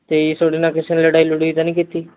ਅਤੇ ਤੁਹਾਡੇ ਨਾਲ ਕਿਸੇ ਨੇ ਲੜਾਈ ਲੜੂਈ ਤਾਂ ਨਹੀਂ ਕੀਤੀ